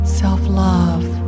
self-love